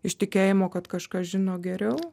iš tikėjimo kad kažkas žino geriau